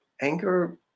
Anger